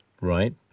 Right